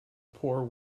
poor